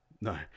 No